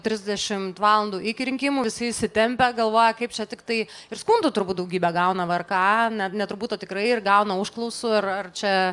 trisdešimt valandų iki rinkimų visi įsitempę galvoja kaip čia tiktai ir skundų turbūt daugybę gauna vrk net ne turbūt o tikrai ir gauna užklausų ar ar čia